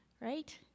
right